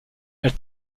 elle